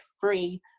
free